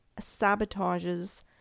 sabotages